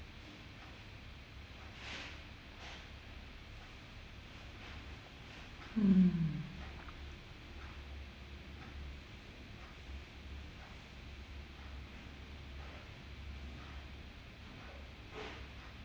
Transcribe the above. mm